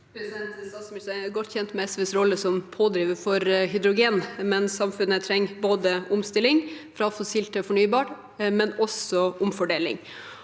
Statsministeren er godt kjent med SVs rolle som pådriver for hydrogen, men samfunnet trenger både omstilling fra fossilt til fornybart og også omfordeling.